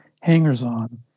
hangers-on